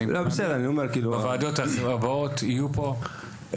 הוועדות הבאות יהיו פה אל תדאג.